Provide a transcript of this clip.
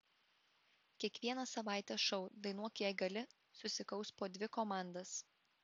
kiekvieną savaitę šou dainuok jei gali susikaus po dvi komandas